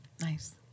Nice